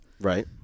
Right